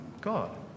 God